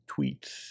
tweets